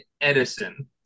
Edison